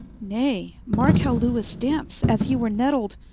nay marke how lewis stampes as he were netled.